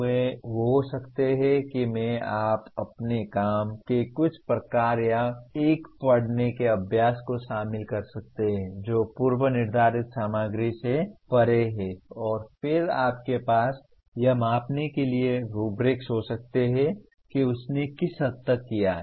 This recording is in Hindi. वे हो सकते हैं कि मैं आप अपने काम के कुछ प्रकार या एक पढ़ने के अभ्यास को शामिल कर सकते हैं जो पूर्व निर्धारित सामग्री से परे है और फिर आपके पास यह मापने के लिए रुब्रिक्स हो सकते हैं कि उसने किस हद तक किया है